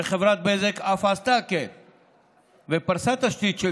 וחברת בזק אף עשתה כן ופרסה תשתית של